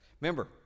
Remember